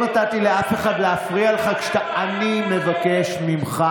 בן סורר ומורה נשפט על שם סופו.